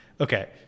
okay